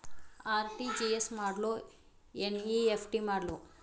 RTGS ಮಾಡ್ಲೊ NEFT ಮಾಡ್ಲೊ?